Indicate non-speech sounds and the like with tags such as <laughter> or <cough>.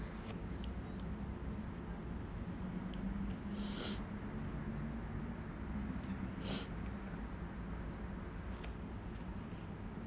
<breath>